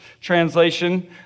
translation